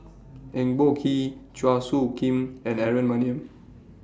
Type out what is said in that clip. Eng Boh Kee Chua Soo Khim and Aaron Maniam